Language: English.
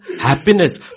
happiness